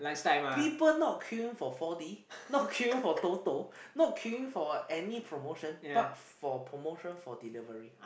people not queuing for four-D not queuing for Toto not queuing for any promotion but for promotion for delivery